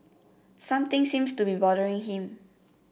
something seems to be bothering him